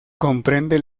comprende